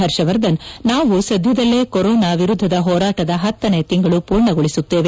ಹರ್ಷವರ್ಧನ್ ನಾವು ಸದ್ಯದಲ್ಲೇ ಕೊರೊನಾ ವಿರುದ್ದದ ಹೋರಾಟದ ಹತ್ತನೇ ತಿಂಗಳು ಪೂರ್ಣಗೊಳಿಸುತ್ತೇವೆ